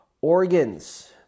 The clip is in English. organs